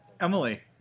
Emily